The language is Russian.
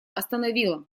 остановило